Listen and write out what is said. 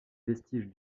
vestiges